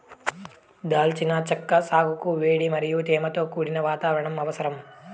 దాల్చిన చెక్క సాగుకు వేడి మరియు తేమతో కూడిన వాతావరణం అవసరం